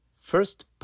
First